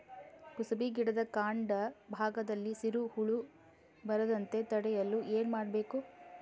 ಕುಸುಬಿ ಗಿಡದ ಕಾಂಡ ಭಾಗದಲ್ಲಿ ಸೀರು ಹುಳು ಬರದಂತೆ ತಡೆಯಲು ಏನ್ ಮಾಡಬೇಕು?